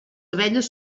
abelles